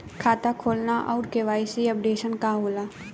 खाता खोलना और के.वाइ.सी अपडेशन का होला?